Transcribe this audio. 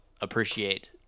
appreciate